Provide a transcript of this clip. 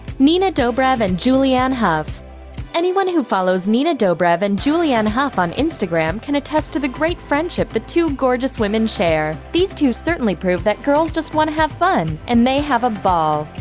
nina dobrev and julianne hough anyone who follows nina dobrev and julianne hough on instagram can attest to the great friendship the two gorgeous women share. these two certainly prove that girls just want to have fun, and they have a ball.